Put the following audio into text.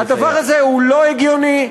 הדבר הזה לא הגיוני,